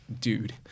dude